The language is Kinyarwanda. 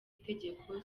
itegeko